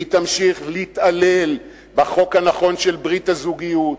והיא תמשיך להתעלל בחוק הנכון של ברית הזוגיות,